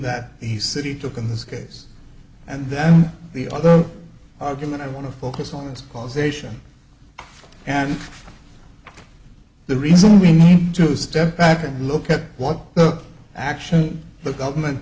that he city took in this case and then the other argument i want to focus on is causation and the reason we need to step back and look at what action the government